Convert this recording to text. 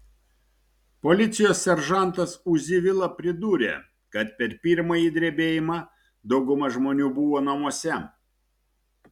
policijos seržantas uzi vila pridūrė kad per pirmąjį drebėjimą dauguma žmonių buvo namuose